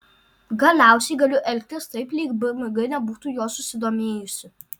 galiausiai galiu elgtis taip lyg bmg nebūtų juo susidomėjusi